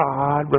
God